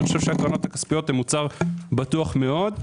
חושב שהקרנות הכספיות הן מוצר בטוח מאוד.